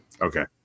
Okay